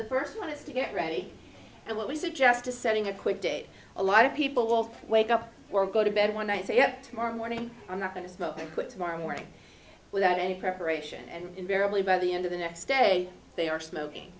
the first one is to get ready and what we suggest to setting a quit date a lot of people will wake up or go to bed when i say up tomorrow morning i'm not going to smoke i quit tomorrow morning without any preparation and invariably by the end of the next day they are smoking